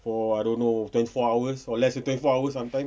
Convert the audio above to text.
for I don't know twenty four hours or less than twenty four hours sometimes